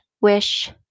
wish